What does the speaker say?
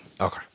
Okay